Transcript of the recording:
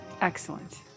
Excellent